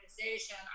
organization